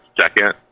second